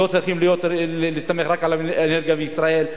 לא צריכים להסתמך רק על האנרגיה בישראל,